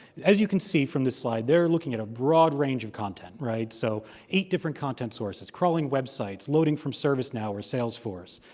as you can see from this slide, they're looking at a broad range of content, right? so eight different content sources, crawling websites loading from servicenow or salesforce,